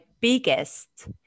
biggest